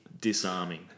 disarming